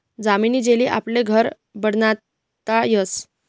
जामनी जेली आपले घर बनाडता यस